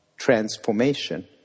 transformation